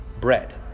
bread